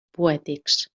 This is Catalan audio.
poètics